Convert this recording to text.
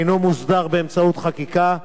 אינו מוסדר בחקיקה,